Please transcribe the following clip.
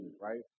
right